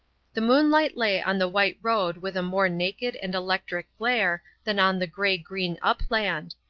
the moonlight lay on the white road with a more naked and electric glare than on the grey-green upland,